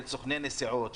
של סוכני נסיעות,